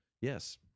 Yes